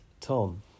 Tom